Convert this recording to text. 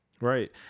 Right